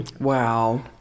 Wow